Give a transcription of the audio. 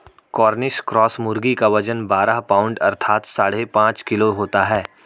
Cornish cross मुर्गी का वजन बारह पाउण्ड अर्थात साढ़े पाँच किलो होता है